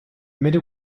middle